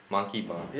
monkey bar